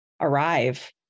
arrive